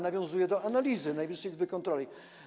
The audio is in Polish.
Nawiązuję do analizy Najwyższej Izby Kontroli.